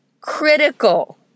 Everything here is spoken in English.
critical